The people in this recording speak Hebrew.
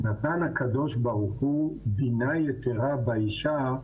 "נתן הקדוש ברוך הוא בינה יתרה באישה,